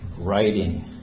writing